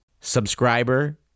subscriber